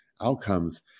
outcomes